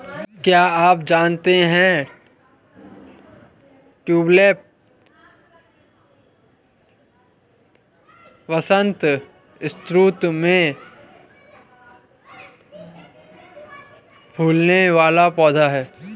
क्या आप जानते है ट्यूलिप वसंत ऋतू में फूलने वाला पौधा है